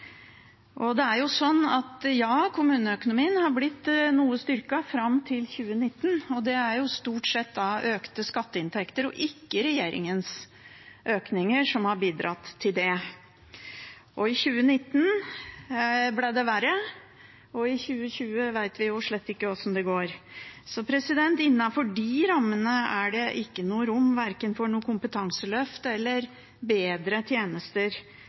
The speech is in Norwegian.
Kommuneøkonomien har blitt noe styrket fram til 2019. Det er stort sett økte skatteinntekter og ikke regjeringens økninger som har bidratt til det. I 2019 ble det verre, og i 2020 vet vi slett ikke hvordan det går. Innenfor disse rammene er det ikke rom for verken noe kompetanseløft eller bedre tjenester